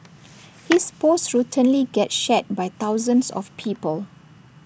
his posts routinely get shared by thousands of people